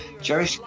Jerry